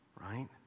Right